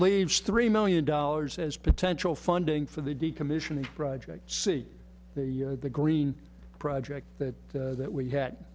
leaves three million dollars as potential funding for the decommissioning project see the year the green project that that we had